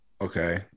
okay